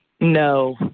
No